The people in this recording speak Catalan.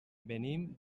venim